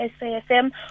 SASM